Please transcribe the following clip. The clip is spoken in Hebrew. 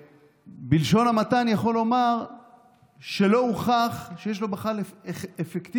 בלשון המעטה אני יכול לומר שלא הוכח שיש לו בכלל אפקטיביות